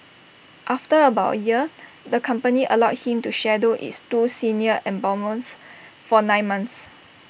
after about A year the company allowed him to shadow its two senior embalmers for nine months